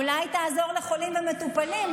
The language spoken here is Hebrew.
אולי תעזור לחולים ומטופלים,